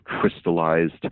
crystallized